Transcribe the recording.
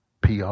PR